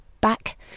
back